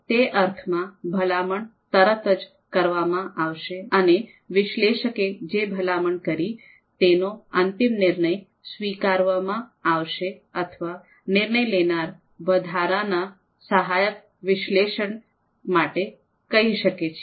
તે અર્થમાં ભલામણ તરત જ કરવામાં આવશે અને વિશ્લેષકે જે ભલામણ કરી તેનો અંતિમ નિર્ણય સ્વીકારવામાં આવશે અથવા નિર્ણય લેનારા વધારાના સહાયક વિશ્લેષણ માટે કહી શકે છે